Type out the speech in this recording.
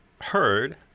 heard